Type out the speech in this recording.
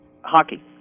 Hockey